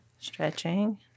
Stretching